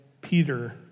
Peter